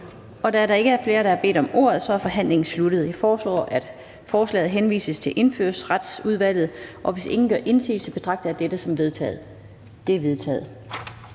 Da der ikke er flere, der har bedt om ordet, er forhandlingen sluttet. Jeg foreslår, at forslaget henvises til Indfødsretsudvalget. Hvis ingen gør indsigelse, betragter jeg dette som vedtaget. Det er vedtaget.